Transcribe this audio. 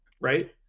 Right